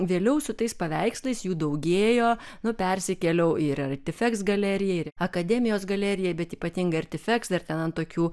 vėliau su tais paveikslais jų daugėjo nu persikėliau į artifeks galeriją ir akademijos galeriją bet ypatingai artifeks ir ten ant tokių